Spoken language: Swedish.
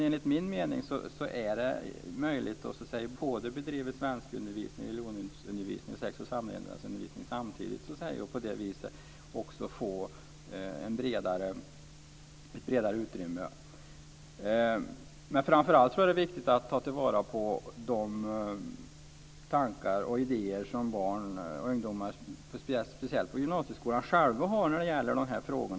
Enligt min mening är det möjligt att både bedriva svenskundervisning eller religionsundervisning och sex och samlevnadsundervisning samtidigt, och på det viset också få ett bredare utrymme. Framför allt tror jag att det är viktigt att ta till vara de tankar och idéer som barn och ungdomar, speciellt på gymnasieskolan, själva har när det gäller de här frågorna.